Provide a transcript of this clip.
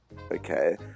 Okay